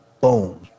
Boom